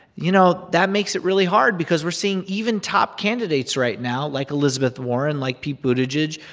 you know, that makes it really hard because we're seeing even top candidates right now, like elizabeth warren, like pete buttigieg,